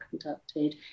conducted